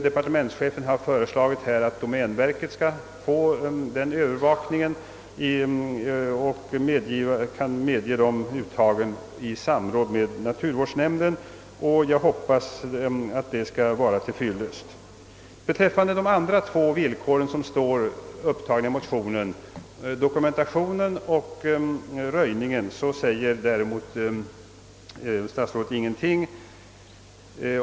Departementschefen har föreslagit att domänverket får hand om övervakningen och möjlighet att medge uttag i samråd med naturvårdsnämnden, vilket jag hoppas är till fyllest. Beträffande motionens andra villkor — dokumentationen och röjningen — säger däremot statsrådet ingenting.